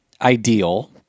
ideal